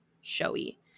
showy